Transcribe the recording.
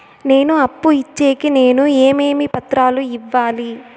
నాకు అప్పు ఇచ్చేకి నేను ఏమేమి పత్రాలు ఇవ్వాలి